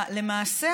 למעשה,